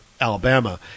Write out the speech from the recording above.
Alabama